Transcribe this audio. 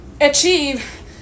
achieve